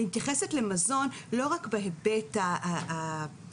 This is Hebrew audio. אני מתייחסת למזון לא רק בהיבט הפיסי.